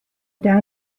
down